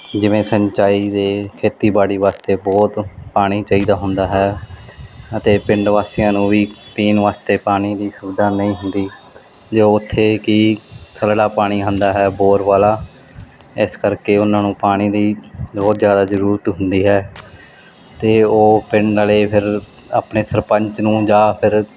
ਜਿਵੇਂ ਸਿੰਚਾਈ ਦੇ ਖੇਤੀਬਾੜੀ ਵਾਸਤੇ ਬਹੁਤ ਪਾਣੀ ਚਾਹੀਦਾ ਹੁੰਦਾ ਹੈ ਅਤੇ ਪਿੰਡ ਵਾਸੀਆਂ ਨੂੰ ਵੀ ਪੀਣ ਵਾਸਤੇ ਪਾਣੀ ਦੀ ਸੁਵਿਧਾ ਨਹੀਂ ਹੁੰਦੀ ਜੋ ਉੱਥੇ ਕੀ ਥੱਲੜਾ ਪਾਣੀ ਹੁੰਦਾ ਹੈ ਬੋਰ ਵਾਲਾ ਇਸ ਕਰਕੇ ਉਹਨਾਂ ਨੂੰ ਪਾਣੀ ਦੀ ਬਹੁਤ ਜ਼ਿਆਦਾ ਜ਼ਰੂਰਤ ਹੁੰਦੀ ਹੈ ਅਤੇ ਉਹ ਪਿੰਡ ਵਾਲੇ ਫਿਰ ਆਪਣੇ ਸਰਪੰਚ ਨੂੰ ਜਾਂ ਫਿਰ